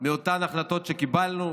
מאותן ההחלטות שקיבלנו,